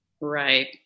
Right